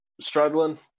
struggling